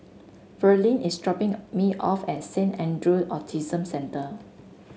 Verlene is dropping a me off at Saint Andrew Autism Centre